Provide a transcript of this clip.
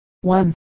one